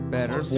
Better